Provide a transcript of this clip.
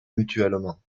mutuellement